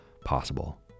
possible